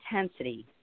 intensity